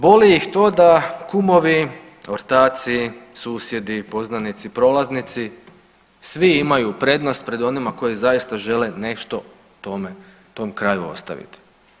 Boli ih to da kumovi, ortaci, susjedi, poznanici, prolaznici, svi imaju prednost pred onima koji zaista žele nešto tome, tom kraju ostaviti.